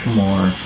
more